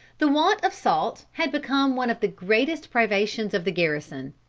the want of salt had become one of the greatest privations of the garrison.